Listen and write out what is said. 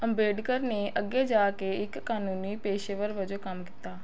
ਅੰਬੇਡਕਰ ਨੇ ਅੱਗੇ ਜਾ ਕੇ ਇੱਕ ਕਾਨੂੰਨੀ ਪੇਸ਼ੇਵਰ ਵਜੋਂ ਕੰਮ ਕੀਤਾ